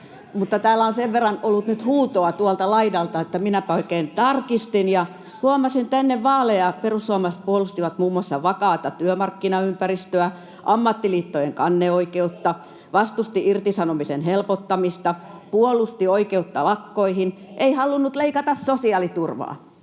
täällä on sen verran ollut nyt huutoa tuolta laidalta, että minäpä oikein tarkistin ja huomasin, että ennen vaaleja perussuomalaiset puolustivat muun muassa vakaata työmarkkinaympäristöä, ammattiliittojen kanneoikeutta, [Timo Suhonen: Ohhoh!] vastustivat irtisanomisen helpottamista, puolustivat oikeutta lakkoihin, eivät halunneet leikata sosiaaliturvaa,